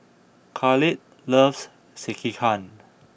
Kahlil loves Sekihan